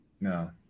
no